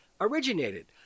originated